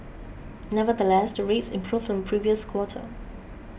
nevertheless the rates improved from previous quarter